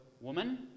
woman